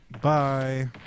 Bye